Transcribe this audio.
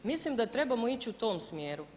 Mislim da trebamo ići u tom smjeru.